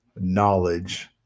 knowledge